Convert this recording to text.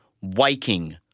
waking